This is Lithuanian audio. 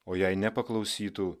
o jei nepaklausytų